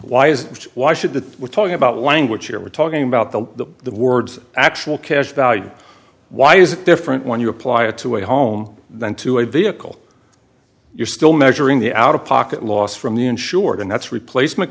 it why should that we're talking about language here we're talking about the words actual cash value why is it different when you apply it to a home than to a vehicle you're still measuring the out of pocket loss from the insured and that's replacement